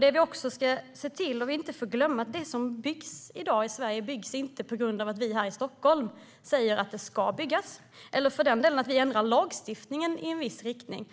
Det vi inte heller får glömma är att det som byggs i dag i Sverige inte byggs på grund av att vi här i Stockholm säger att det ska byggas eller för den delen för att vi ändrar lagstiftningen i en viss riktning.